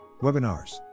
webinars